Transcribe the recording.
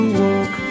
walk